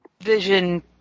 vision